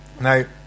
Now